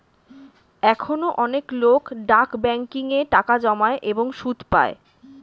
এখনো অনেক লোক ডাক ব্যাংকিং এ টাকা জমায় এবং সুদ পায়